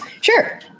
Sure